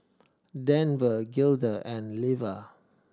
Denver Gilda and Leva